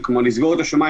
סליחה,